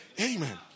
Amen